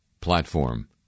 platform